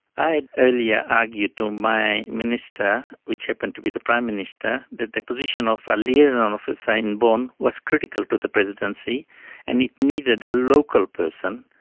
i had earlier argued to my minister, which happened to be the prime minister, that that the position of liaison officer in bonn was critical to the presidency and it needed a local person,